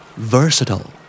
Versatile